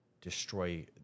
destroy